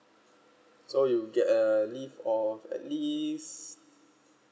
so you get uh leave at least